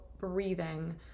breathing